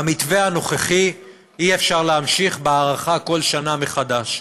במתווה הנוכחי אי-אפשר להמשיך בהארכה כל שנה מחדש.